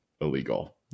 illegal